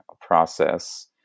process